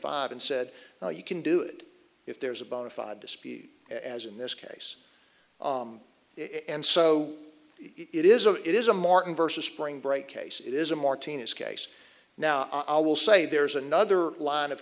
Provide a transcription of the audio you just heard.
five and said you can do it if there's a bona fide to speed as in this case and so it is a it is a martin versus spring break case it is a martinez case now i will say there's another line of